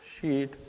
sheet